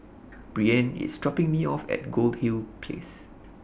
Breann IS dropping Me off At Goldhill Place